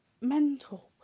mental